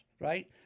right